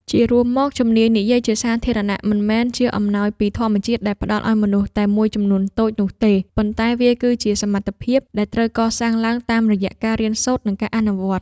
ជារួមមក ជំនាញនិយាយជាសាធារណៈមិនមែនជាអំណោយពីធម្មជាតិដែលផ្ដល់ឱ្យមនុស្សតែមួយចំនួនតូចនោះទេ ប៉ុន្តែវាគឺជា សមត្ថភាពដែលត្រូវកសាងឡើងតាមរយៈការរៀនសូត្រ និងការអនុវត្ត។